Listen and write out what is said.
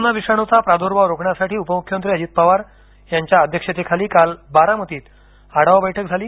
corona विषाणूचा प्रादूर्भाव रोखण्यासाठी उपमुख्यमंत्री अजित पवार यांच्या अध्यक्षतेखाली काल बारामतीत आढावा बैठक झाली